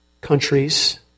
countries